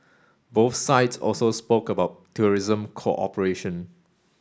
both sides also spoke about tourism cooperation